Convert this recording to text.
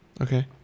Okay